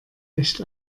echt